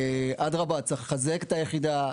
אדרבא, צריך לחזק את היחידה.